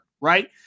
right